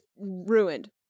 ruined